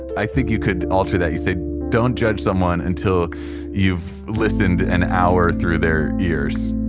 i think you could alter that. you say don't judge someone until you've listened an hour through their ears